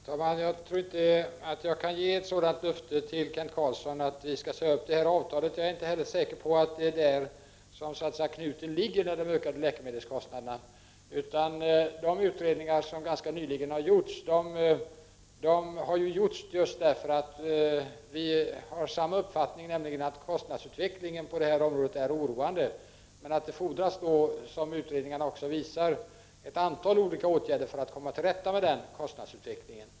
Herr talman! Jag tror inte att jag kan ge något sådant löfte till Kent Carlsson som att detta avtal skall sägas upp. Jag är inte heller säker på att det så att säga är där knuten ligger när det gäller de ökande läkemedelskostnaderna. De utredningar som ganska nyligen har genomförts har gjorts just därför att vi har samma uppfattning, nämligen att kostnadsutvecklingen på detta område är oroande. Som utredningarna visar fordras det emellertid ett antal olika åtgärder för att man skall komma till rätta med kostnadsutvecklingen.